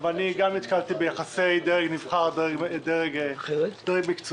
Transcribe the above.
ואני גם נתקלתי ביחסי דרג נבחר ודרג מקצועי,